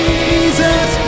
Jesus